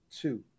two